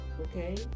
okay